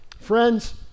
friends